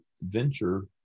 venture